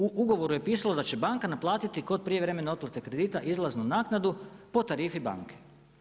U ugovoru je pisalo da će banka naplatiti kod prijevremene otplate kredite izlaznu naknadu po tarifi banke.